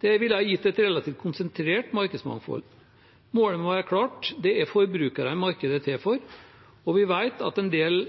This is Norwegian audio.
Det ville gitt et relativt konsentrert markedsmangfold. Målet må være klart: Det er forbrukerne markedet er til for. Vi vet at en del